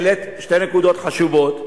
העלית שתי נקודות חשובות.